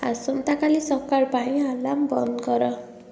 ଆସନ୍ତାକାଲି ସକାଳ ପାଇଁ ଆଲାର୍ମ୍ ବନ୍ଦ କର